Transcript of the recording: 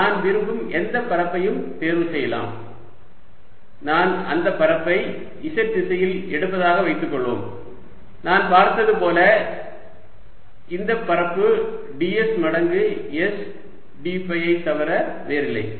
எனவே நான் விரும்பும் எந்தப் பரப்பையும் தேர்வு செய்யலாம் நான் அந்த பரப்பை z திசையில் எடுப்பதாக வைத்துக்கொள்வோம் நாம் பார்த்ததுபோல் இந்த பரப்பு ds மடங்கு s dஃபை ஐத் தவிர வேறில்லை